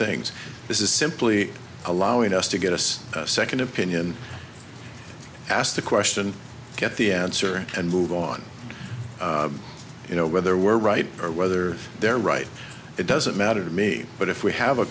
things this is simply allowing us to get us a second opinion ask the question get the answer and move on you know whether we're right or whether they're right it doesn't matter to me but if we have a